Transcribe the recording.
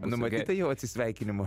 numatyta jau atsisveikinimo